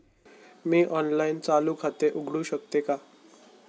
मी online चालू खाते उघडू शकते का?